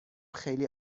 خیلی